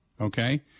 okay